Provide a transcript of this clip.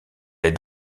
aide